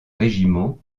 régiment